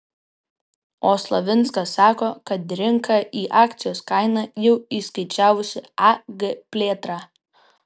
o slavinskas sako kad rinka į akcijos kainą jau įskaičiavusi ag plėtrą